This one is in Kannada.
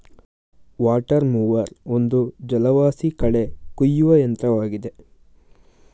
ವಾಟರ್ ಮೂವರ್ ಒಂದು ಜಲವಾಸಿ ಕಳೆ ಕುಯ್ಯುವ ಯಂತ್ರವಾಗಿದೆ